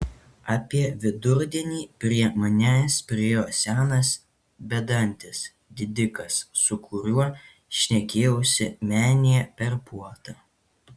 apie vidurdienį prie manęs priėjo senas bedantis didikas su kuriuo šnekėjausi menėje per puotą